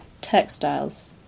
textiles